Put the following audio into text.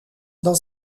dans